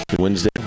wednesday